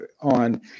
on